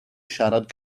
siarad